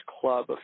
club